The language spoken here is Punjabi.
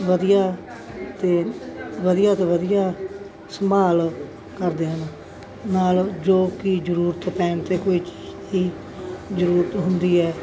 ਵਧੀਆ ਅਤੇ ਵਧੀਆ ਤੋਂ ਵਧੀਆ ਸੰਭਾਲ ਕਰਦੇ ਹਨ ਨਾਲ ਜੋ ਕਿ ਜ਼ਰੂਰਤ ਪੈਣ 'ਤੇ ਕੋਈ ਚ ਹੀ ਜ਼ਰੂਰਤ ਹੁੰਦੀ ਹੈ